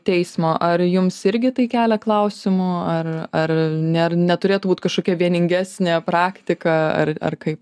teismo ar jums irgi tai kelia klausimų ar ar ne ar neturėtų būt kažkokia vieningesnė praktika ar ar kaip